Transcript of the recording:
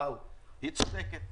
היא צודקת.